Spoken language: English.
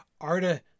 Arda